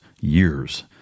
years